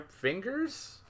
fingers